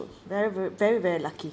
very very very very lucky